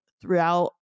throughout